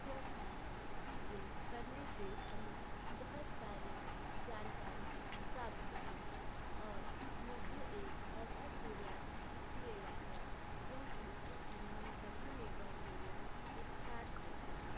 क्योंकि इसे करने से हमें बहुत सारी जानकारियाँ प्राप्त हुई और मुझे एक ऐसा सूर्यास्त इसलिए याद है क्योंकि उस दिन हम सभी ने वह सूर्यास्त एक साथ देखा था